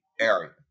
area